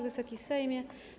Wysoki Sejmie!